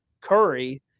Curry –